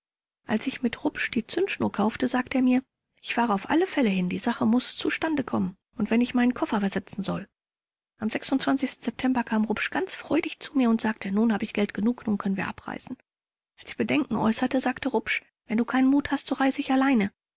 als ich mit rupsch die zündschnur kaufte sagte er mir ich fahre auf alle fälle hin die sache muß zustande kommen und wenn ich meinen koffer versetzen soll am september kam rupsch ganz freudig zu mir und sagte nun habe ich geld genug nun können wir abreisen als ich bedenken äußerte sagte rupsch wenn du keinen mut hast so reise ich allein